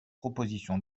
proposition